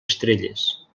estrelles